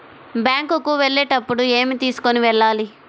Bank కు వెళ్ళేటప్పుడు ఏమి తీసుకొని వెళ్ళాలి?